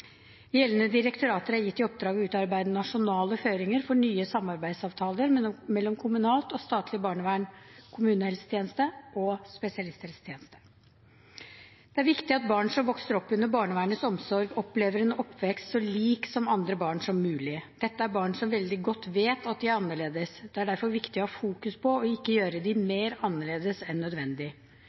Gjeldende direktorater er gitt i oppdrag å utarbeide nasjonale føringer for nye samarbeidsavtaler mellom kommunalt og statlig barnevern, kommunehelsetjeneste og spesialisthelsetjeneste. Det er viktig at barn som vokser opp under barnevernets omsorg, opplever en oppvekst så lik andre barns som mulig. Dette er barn som veldig godt vet at de er annerledes, og det er derfor viktig å fokusere på ikke å gjøre dem mer annerledes enn nødvendig.